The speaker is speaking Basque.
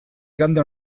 igande